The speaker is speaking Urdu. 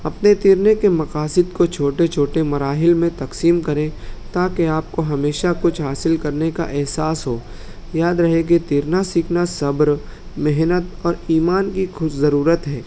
اپنے تیرنے کے مقاصد کو چھوٹے چھوٹے مراحل میں تقسیم کریں تاکہ آپ کو ہمیشہ کچھ حاصل کرنے کا احساس ہو یاد رہے کہ تیرنا سیکھنا صبر محنت اور ایمان کی خود ضرورت ہے